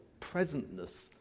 presentness